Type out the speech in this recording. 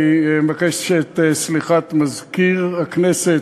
אני מבקש את סליחת מזכירת הכנסת,